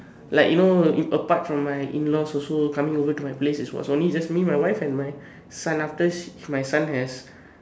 like you know apart from my in-laws also coming over to my place it was only just me my wife and my son after my son has